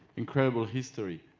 incredible history.